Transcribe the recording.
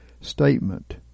statement